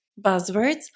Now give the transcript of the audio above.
Buzzwords